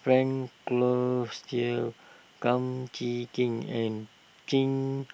Frank Cloutier Kum Chee Kin and Chen